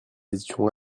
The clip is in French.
étions